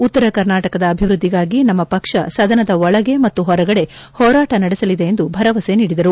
ಉತ್ತರ ಕರ್ನಾಟಕದ ಅಭಿವೃದ್ದಿಗಾಗಿ ನಮ್ನ ಪಕ್ಷ ಸದನದ ಒಳಗೆ ಮತ್ತು ಹೊರಗಡೆ ಹೋರಾಟ ನಡೆಸಲಿದೆ ಎಂದು ಭರವಸೆ ನೀಡಿದರು